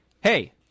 Hey